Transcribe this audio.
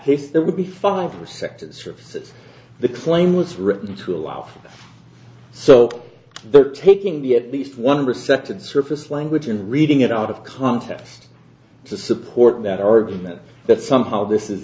case that would be fun for sectors surfaces the claim was written to allow so they're taking the at least one receptor the surface language and reading it out of context to support that argument that somehow this is